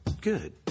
Good